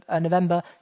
November